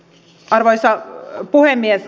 arvoisa puhemies